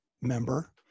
member